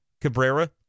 Cabrera